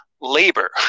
Labor